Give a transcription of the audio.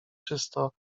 czysto